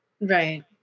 Right